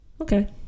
okay